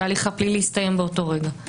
שההליך הפלילי יסתיים באותו רגע.